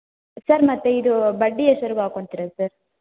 sir ಮತ್ತು ಇದು ಬಡ್ಡಿ ಎಷ್ಟ್ರ್ವರ್ಗೂ ಹಾಕೊತಿರ ಸರ್